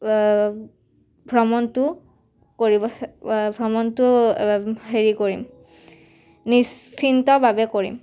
ভ্ৰমণটো কৰিব ভ্ৰমণটো হেৰি কৰিম নিশ্চিন্তভাবে কৰিম